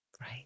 Right